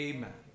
Amen